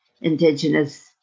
indigenous